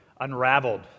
unraveled